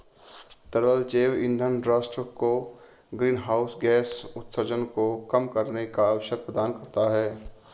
तरल जैव ईंधन राष्ट्र को ग्रीनहाउस गैस उत्सर्जन को कम करने का अवसर प्रदान करता है